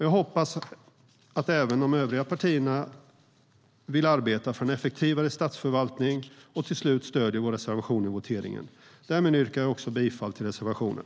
Jag hoppas att även de övriga partierna vill arbeta för en effektivare statsförvaltning och till slut stöder vår reservation i voteringen. Därmed yrkar jag också bifall till reservationen.